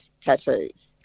tattoos